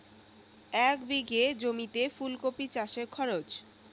এক বিঘে জমিতে ফুলকপি চাষে খরচ?